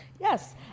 Yes